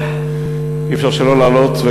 אי-אפשר שלא לעלות,